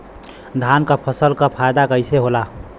धान क फसल क फायदा कईसे होला?